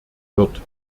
wird